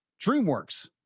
dreamworks